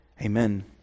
Amen